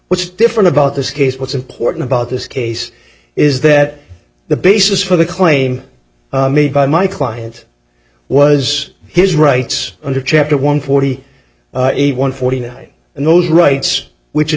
what's different about this case what's important about this case is that the basis for the claim made by my client was his rights under chapter one forty one forty nine and those rights which in